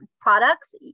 products